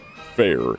fair